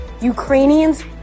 Ukrainians